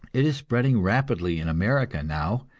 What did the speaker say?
it is spreading rapidly in america now.